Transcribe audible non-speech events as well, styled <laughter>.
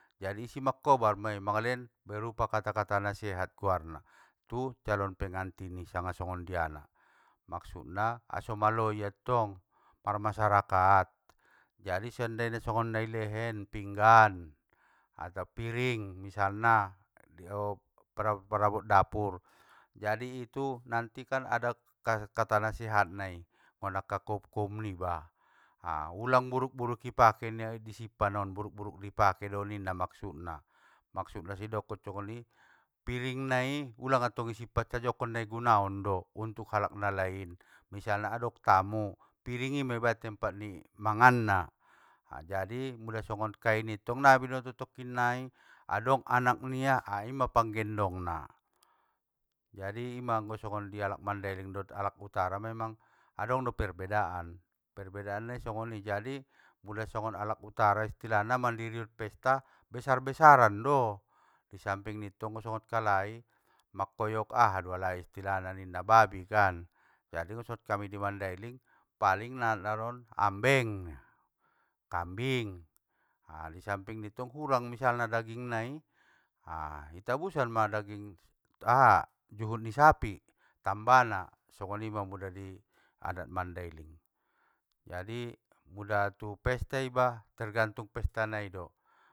Jadi isi makkobar mei, mangalehen berupa kata kata nasehat guarna, tu calon pengantin i sanga songondiana, maksudna aso malo ia tong marmasyarakat. Jadi seandaina songon nai lehen, pinggan, ato piring misalna, di op-parabot parabot dapur, jadi itu kan nanti ada kata kata nasehatnai, nggon akkana koum koum niba, ulang buruk buruk i pake nia i sippan on, buruk buruk dipakke doninna maksudna, maksudna soidokon songoni, piring nai ulang attong i simpan sajo, angkon nai gunaon do untuk alak nalain, misalna adong tamu, piring ima ibaen tempat ni manganna, a jadi mula songon kainni tong ngga binoto tokkinnai, adong anak nia aima panggendongna. Jadi ima anggo songon dialak mandailing dot alak utara memang adong do perbedaan, perbedaan nai songoni jadi!, pula songon alak utara istilahna mandirion pesta besar besaran do, i samping ittong anggo songon kalai mangkoyok aha do alai istilahna ninna babi kan!, jadi anggo songon kami i mandailing paling na naron ambeng! Ning ia, kambing, a disamping ittong hurang misalna daging nai, a itabusan ma daging ni aha <hesitation> juhut ni sapi, tambana songonima mula di adat mandailing, jadi muda tu pesta iba tergantung pesta naido.